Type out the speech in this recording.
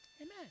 Amen